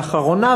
לאחרונה,